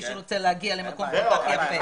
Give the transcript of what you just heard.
מי שרוצה הגיע למקום כל כך יפה.